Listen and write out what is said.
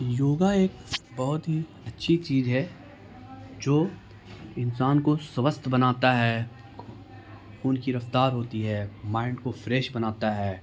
یوگا ایک بہت ہی اچھی چیز ہے جو انسان کو سوستھ بناتا ہے ان کی رفتار ہوتی ہے مائنڈ کو فریش بناتا ہے